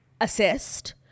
assist